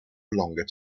longer